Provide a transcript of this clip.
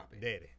Daddy